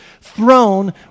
throne